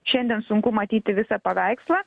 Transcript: šiandien sunku matyti visą paveikslą